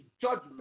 judgment